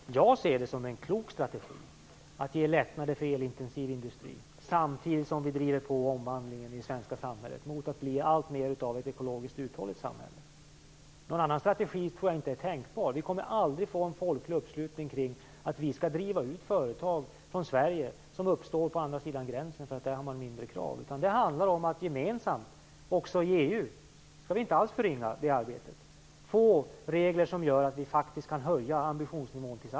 Fru talman! Jag ser det som en klok strategi att ge lättnader för elintensiv industri samtidigt som vi driver på omvandlingen av det svenska samhället mot att bli alltmer av ett ekologiskt uthålligt samhälle. Någon annan strategi tror jag inte är tänkbar. Vi kommer aldrig att få en folklig uppslutning kring att vi skall driva ut företag från Sverige som sedan uppstår på andra sidan gränsen för att man där har lägre krav. Det handlar om att gemensamt, också i EU - vi skall inte alls förringa det arbetet - få regler som gör att vi tillsammans kan höja ambitionsnivån.